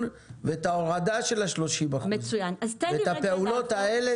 ואת ההורדה של 30%. את הפעולות האלה,